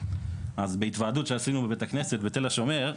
אז בהתוועדות שעשינו בבית הכנסת בתל השומר,